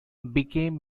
became